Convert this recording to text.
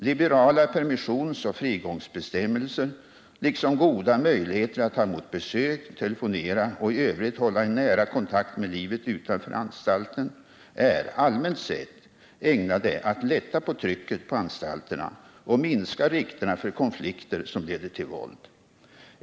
Liberala permissionsoch frigångsbestämmelser liksom goda möjligheter att ta emot besök, telefonera och i övrigt hålla en nära kontakt med livet utanför anstalten är allmänt sett ägnade att ”lätta på trycket” på anstalterna och minska riskerna för konflikter som leder till våld.